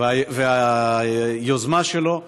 והיוזמה שלו,